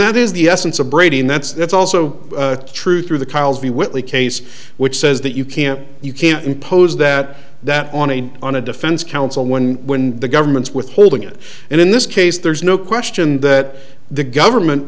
that is the essence of brady and that's that's also true through the calvi whitley case which says that you can't you can't impose that that on and on a defense counsel one when the government's withholding it and in this case there's no question that the government